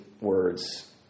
words